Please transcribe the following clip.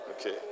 Okay